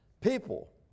People